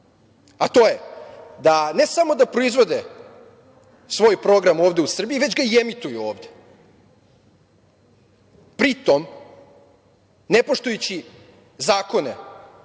a to je da ne samo da proizvode svoj program ovde u Srbiji, već ga i emituju ovde, pri tom ne poštujući zakone